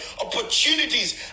opportunities